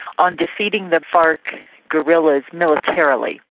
on defeating the farc guerrillas militarily.